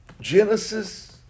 Genesis